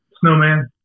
snowman